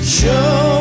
show